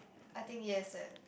I think yes eh